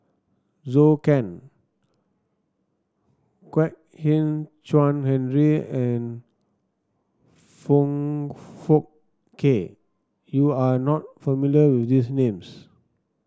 Zhou Can Kwek Hian Chuan Henry and Foong Fook Kay you are not familiar with these names